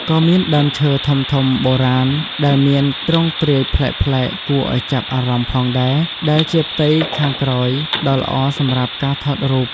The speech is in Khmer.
ក៏មានដើមឈើធំៗបុរាណដែលមានទ្រង់ទ្រាយប្លែកៗគួរឲ្យចាប់អារម្មណ៍ផងដែរ ដែលជាផ្ទៃខាងក្រោយដ៏ល្អសម្រាប់ការថតរូប។